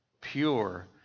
pure